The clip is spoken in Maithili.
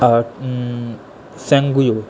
और सेन्गूयू